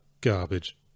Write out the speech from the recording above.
garbage